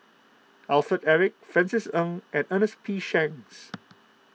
Alfred Eric Francis Ng and Ernest P Shanks